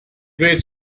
way